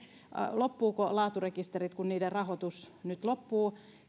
loppuvatko laaturekisterit kun niiden rahoitus nyt loppuu